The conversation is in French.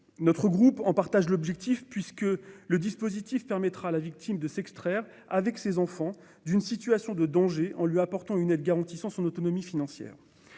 Le groupe RDPI partage son objectif, puisque le dispositif permettra à la victime de s'extraire, avec ses enfants, d'une situation de danger, en lui apportant une aide garantissant son autonomie financière.